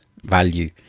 value